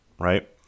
Right